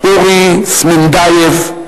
אורי סמנדייב,